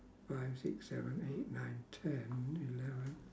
five six seven eight nine ten eleven